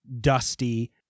dusty